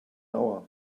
hour